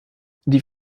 die